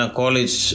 college